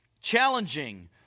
challenging